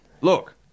Look